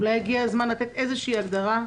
אולי הגיע הזמן לתת איזושהי הגדרה,